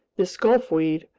this gulfweed,